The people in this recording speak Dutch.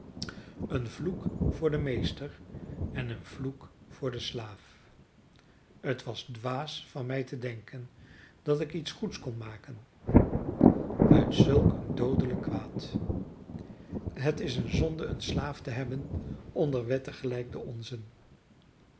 een vloek voor den meester en een vloek voor den slaaf het was dwaas van mij te denken dat ik iets goeds kon maken uit zulk een doodelijk kwaad het is eene zonde een slaaf te hebben onder wetten gelijk de onze